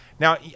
Now